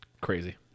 Crazy